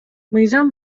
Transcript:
мыйзам